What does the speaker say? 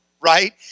right